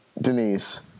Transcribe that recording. Denise